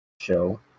show